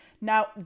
Now